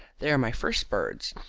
they are my first birds,